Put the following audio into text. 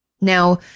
Now